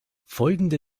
folgende